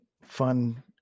fun